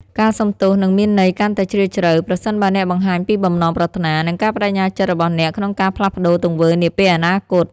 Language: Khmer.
ការសុំទោសនឹងមានន័យកាន់តែជ្រាលជ្រៅ ប្រសិនបើអ្នកបង្ហាញពីបំណងប្រាថ្នា និងការប្តេជ្ញាចិត្តរបស់អ្នកក្នុងការផ្លាស់ប្តូរទង្វើនាពេលអនាគត។